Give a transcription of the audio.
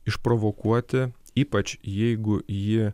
išprovokuoti ypač jeigu ji